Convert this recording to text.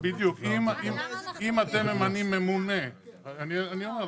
אם אתם ממנים ממונה, אני אומר לך,